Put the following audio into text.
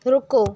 रुको